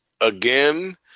Again